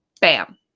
bam